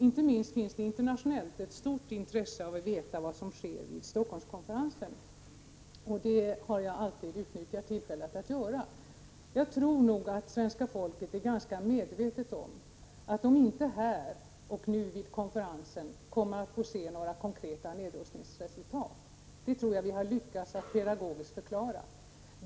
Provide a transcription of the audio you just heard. Inte minst finns det internationellt ett stort intresse av att veta vad som sker vid Helsingforsskonferensen. Jag har alltid utnyttjat tillfället att tala om detta. Jag tror nog att svenska folket är ganska medvetet om att man inte här och nu, vid konferensen, kommer att få se några konkreta nedrustningsresultat. Det tror jag att vi har lyckats att pedagogiskt förklara.